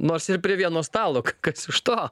nors ir prie vieno stalo kas iš to